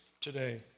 today